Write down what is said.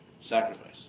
Sacrifice